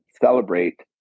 celebrate